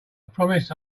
promise